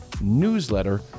newsletter